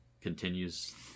continues